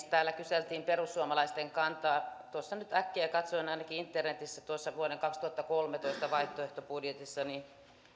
täällä kyseltiin perussuomalaisten kantaa tuossa kun nyt äkkiä katsoin niin ainakin internetissä vuoden kaksituhattakolmetoista vaihtoehtobudjetissa